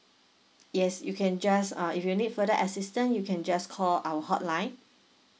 yes you can just uh if you need further assistant you can just call our hotline